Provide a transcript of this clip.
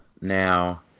Now